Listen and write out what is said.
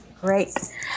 Great